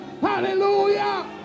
Hallelujah